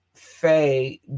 Faye